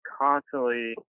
constantly